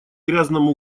грязном